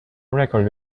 record